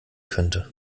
könnte